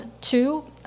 two